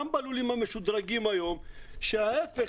גם בלולים המשודרגים היום שההפך,